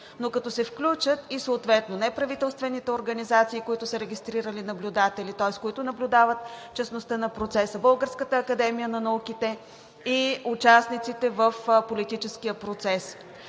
но като се включат и съответно неправителствените организации, които са регистрирали наблюдатели, тоест които наблюдават честността на процеса, Българската академия на науките и участниците в политическия процес.